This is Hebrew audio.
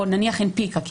או נניח הנפיקה,